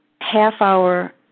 half-hour